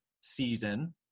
season